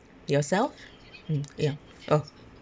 yourself mm ya go